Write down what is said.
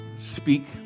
speak